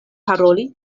paroli